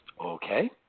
Okay